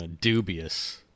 dubious